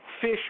fish